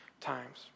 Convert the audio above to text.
times